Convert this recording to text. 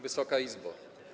Wysoka Izbo!